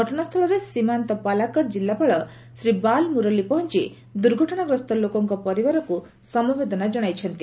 ଘଟଣାସ୍ଥଳରେ ସୀମାନ୍ତ ପାଲାକ୍କଡ ଜିଲ୍ଲାପାଳ ଶ୍ରୀ ବାଲମୁରଲୀ ପହଞ୍ଚ୍ ଦୁର୍ଘଟଣାଗ୍ରସ୍ତ ଲୋକଙ୍କ ପରିବାରକୁ ସମବେଦନା ଜଣାଇଛନ୍ତି